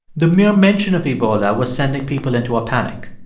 the mere mention of ebola was sending people into a panic.